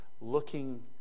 looking